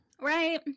Right